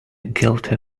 guilty